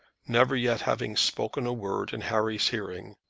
never yet having spoken a word in harry's hearing,